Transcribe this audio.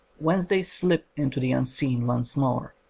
whence they slip into the unseen once more.